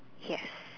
yes